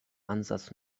ansatz